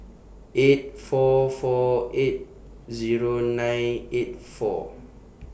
eight four four eight Zero nine eight four